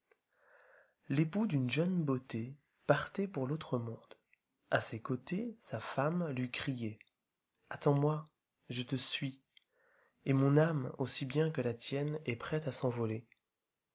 l'époux d'une jeune beauté partait pour l'autre monde a ses côtés sa femme lui criait attends-moi je te suis et mon âme aussibien que la tienne est prête à s'cnvo'er